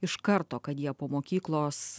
iš karto kad jie po mokyklos